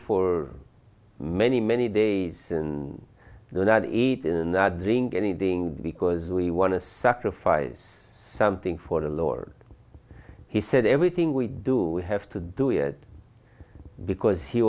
for many many days and the not eat in the drink anything because we want to sacrifice something for the lord he said everything we do we have to do it because he